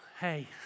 hey